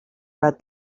read